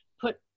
put